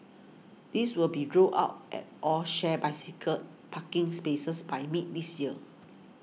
these will be rolled out at all shared bicycle parking spaces by mid this year